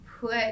put